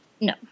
no